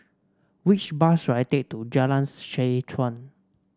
which bus should I take to Jalan Seh Chuan